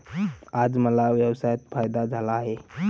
आज मला व्यवसायात फायदा झाला आहे